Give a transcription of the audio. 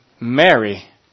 Mary